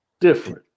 different